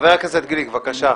חבר הכנסת גליק, בבקשה.